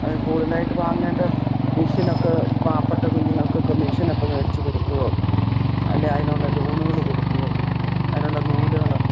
അതിൽ കൂടുതലായിട്ട് വാങ്ങേണ്ട മെഷ്യനൊക്കെ പാവപ്പെട്ട കുഞ്ഞുങ്ങൾക്കൊക്കെ മെഷ്യനക്കെ വേടിച്ച് കൊടുക്കുകയോ അല്ലേൽ അതിനുള്ള ലോണുകൾ കൊടുക്കുകയോ അതിനുള്ള നൂലുകൾ